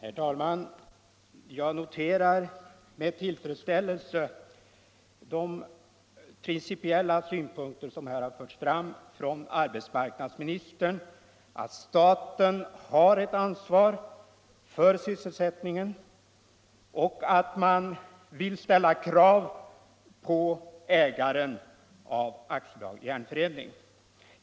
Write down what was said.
Herr talman! Jag noterar med tillfredsställelse de principietla synpunkter som arbetsmarknadsministern här har fört fram, nämligen att staten har ett ansvar för sysselsättningen och att man vill ställa krav på ägaren av AB Järnförädling.